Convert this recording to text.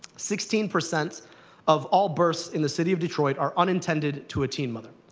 sixteen percent of all births in the city of detroit are unintended to a teen mother.